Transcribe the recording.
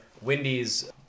Wendy's